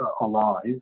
alive